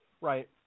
Right